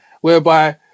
whereby